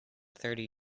thirty